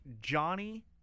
Johnny